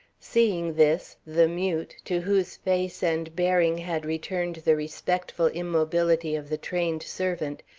seeing this, the mute, to whose face and bearing had returned the respectful immobility of the trained servant,